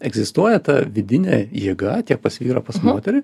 egzistuoja ta vidinė jėga tiek pas vyrą pas moterį